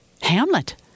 Hamlet